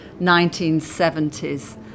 1970s